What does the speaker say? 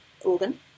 organ